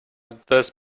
thus